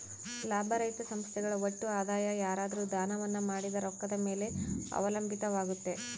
ಲಾಭರಹಿತ ಸಂಸ್ಥೆಗಳ ಒಟ್ಟು ಆದಾಯ ಯಾರಾದ್ರು ದಾನವನ್ನ ಮಾಡಿದ ರೊಕ್ಕದ ಮೇಲೆ ಅವಲಂಬಿತವಾಗುತ್ತೆ